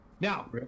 Now